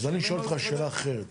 אז אני שואל אותך שאלה אחרת.